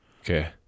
Okay